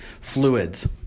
fluids